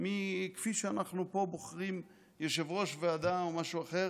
מכפי שאנחנו פה בוחרים יושב-ראש ועדה או משהו אחר,